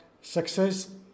success